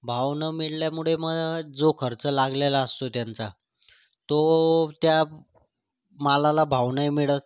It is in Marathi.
भाव न मिळाल्यामुळे म जो खर्च लागलेला असतो त्यांचा तो त्या मालाला भाव नाही मिळत